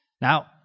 Now